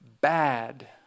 bad